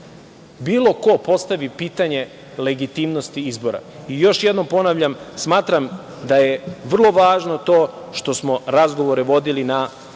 bilo ko postavi pitanje legitimnosti izbora. Još jednom ponavljam, smatram da je vrlo važno to što smo razgovore vodili na